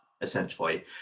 essentially